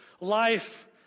life